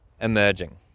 emerging